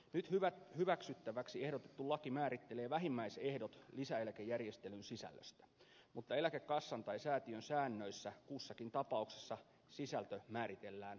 nyt hyväksyttäväksi ehdotettu laki määrittelee vähimmäisehdot lisäeläkejärjestelyn sisällöstä mutta eläkekassan tai säätiön säännöissä kussakin tapauksessa sisältö määritellään tarkemmin